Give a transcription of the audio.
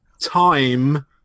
time